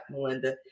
Melinda